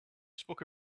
spoke